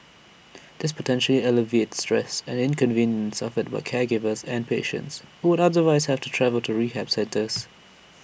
this potentially alleviates stress and inconvenience suffered by caregivers and patients who would otherwise have to travel to rehab centres